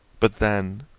but then,